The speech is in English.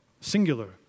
singular